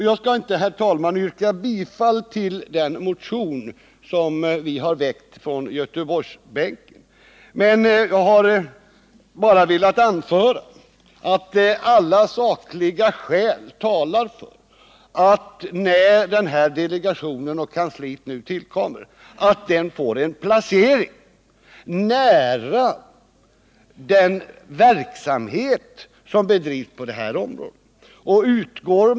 Jag skall inte yrka bifall till den motion som vi från Göteborgsbänken har väckt. Jag har dock velat anföra att alla sakliga skäl talar för att delegationen och kansliet, när de nu inrättas, placeras nära den verksamhet som bedrivs på området.